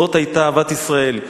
זאת היתה אהבת ישראל.